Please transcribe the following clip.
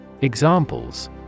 Examples